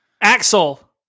Axel